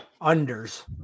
unders